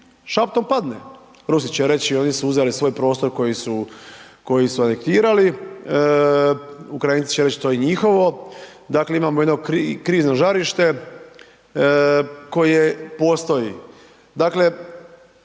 šaptom padne, Rusi će reći oni su uzeli svoj prostor koji su anektirali, Ukrajinci će reć to je njihovo. Dakle, imamo jedno krizno žarište koje postoji. Dakle,